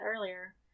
earlier